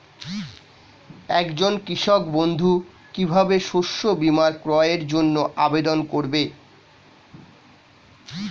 একজন কৃষক বন্ধু কিভাবে শস্য বীমার ক্রয়ের জন্যজন্য আবেদন করবে?